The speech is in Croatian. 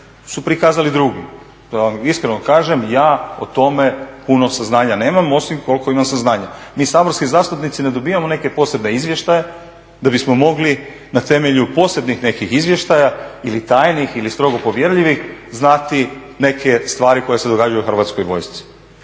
su prikazali drugi. Da vam iskreno kažem, ja o tome puno saznanja nemam, osim koliko imam saznanja. Mi saborski zastupnici ne dobivamo neke posebne izvještaje da bismo mogli na temelju posebnih nekih izvještaja ili tajnih ili strogo povjerljivih znati neke stvari koje se događaju u Hrvatskoj vojsci.